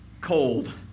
cold